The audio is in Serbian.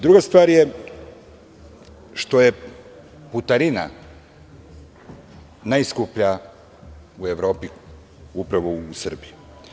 Druga stvar je što je putarina najskuplja u Evropi, mislim na Srbiju.